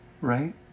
right